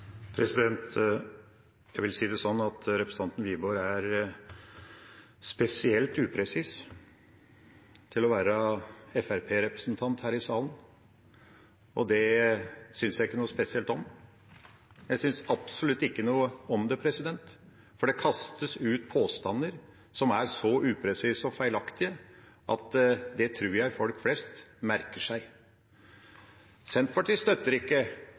Jeg vil si det sånn at representanten Wiborg er spesielt upresis til å være Fremskrittsparti-representant her i salen, og det synes jeg ikke noe spesielt om. Jeg synes absolutt ikke noe om det, for det kastes ut påstander som er så upresise og feilaktige at det tror jeg folk flest merker seg. Senterpartiet støtter ikke